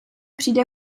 přijde